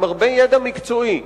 עם הרבה ידע מקצועי,